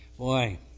Boy